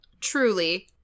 Truly